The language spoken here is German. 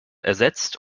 ersetzt